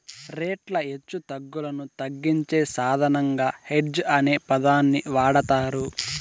రేట్ల హెచ్చుతగ్గులను తగ్గించే సాధనంగా హెడ్జ్ అనే పదాన్ని వాడతారు